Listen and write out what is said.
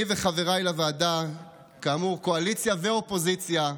אני וחבריי לוועדה, כאמור, קואליציה ואופוזיציה,